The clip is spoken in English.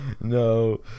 no